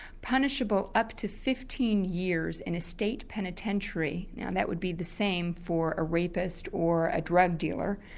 punishable up to fifteen years in a state penitentiary, now that would be the same for a rapist or a drug dealer,